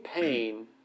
pain